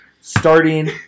Starting